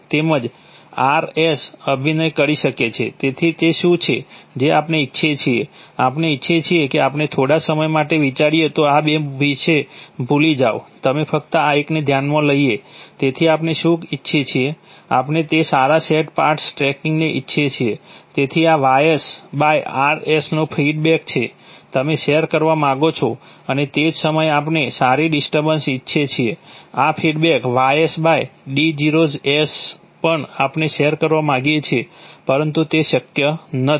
તેમજ R પણ આપણે શેર કરવા માંગીએ છીએ પરંતુ તે શક્ય નથી